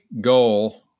goal